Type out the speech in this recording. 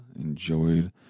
enjoyed